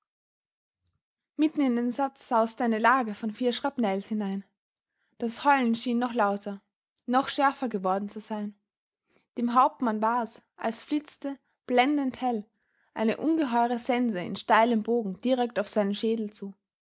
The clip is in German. mitten in den satz sauste eine lage von vier schrapnells hinein das heulen schien noch lauter noch schärfer geworden zu sein dem hauptmann war's als flitzte blendend hell eine ungeheure sense in steilem bogen direkt auf seinen schädel zu